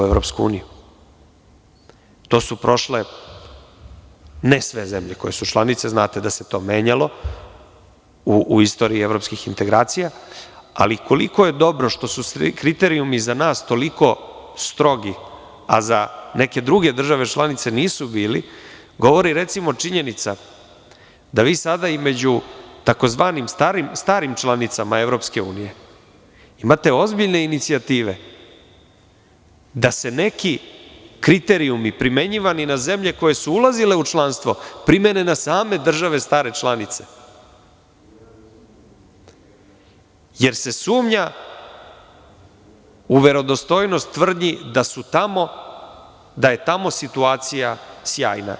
To su prošle ne sve zemlje koje su članice, znate da se to menjalo u istoriji evropskih integracija, ali koliko je dobro, što su svi kriterijumi za nas toliko strogi, a za neke druge države članice nisu bili govori, recimo, činjenica da vi sada između tzv. starim članicama EU imate ozbiljne inicijative da se neki kriterijumi primenjivani na zemlje koje su ulazile u članstvo, primene na same države stare članice, jer se sumnja u verodostojnost tvrdnji da je tamo situacija sjajna.